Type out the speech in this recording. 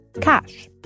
cash